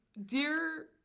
Dear